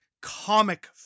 comic